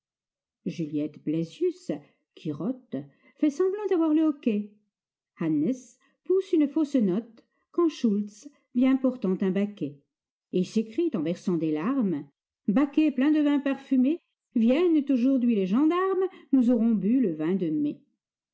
juliette blaesius qui rote fait semblant d'avoir le hoquet hannes pousse une fausse note quand schulz vient portant un baquet et s'écrie en versant des larmes baquet plein de vin parfumé viennent aujourd'hui les gendarmes nous aurons bu le vin de mai